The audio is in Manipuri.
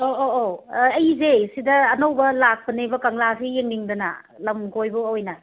ꯑꯧ ꯑꯧ ꯑꯧ ꯑꯩꯁꯦ ꯁꯤꯗꯥ ꯑꯅꯧꯕ ꯂꯥꯛꯄꯅꯦꯕ ꯀꯪꯂꯥꯁꯦ ꯌꯦꯡꯅꯤꯡꯗꯅ ꯂꯝ ꯀꯣꯏꯕ ꯑꯣꯏꯅ